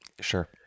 Sure